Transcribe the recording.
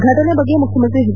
ಘಟನೆ ಬಗ್ಗೆ ಮುಖ್ಯಮಂತ್ರಿ ಎಚ್